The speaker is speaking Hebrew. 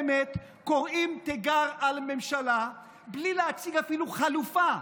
באמת קוראים תיגר על הממשלה בלי להציג אפילו חלופה.